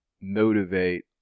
motivate